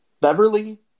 Beverly